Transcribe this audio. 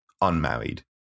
unmarried